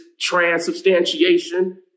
transubstantiation